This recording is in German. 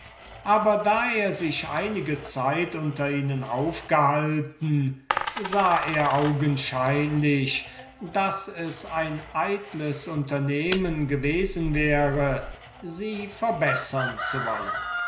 aber da er sich einige zeit unter ihnen aufgehalten sah er augenscheinlich daß es ein eitles unternehmen gewesen wäre sie verbessern zu wollen